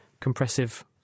compressive